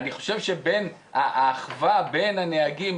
אני חושב שהאחווה בין הנהגים,